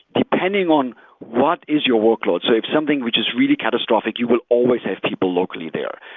depending on what is your workload. so if something which is really catastrophic, you will always have people locally there.